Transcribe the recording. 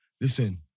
Listen